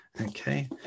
Okay